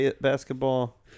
basketball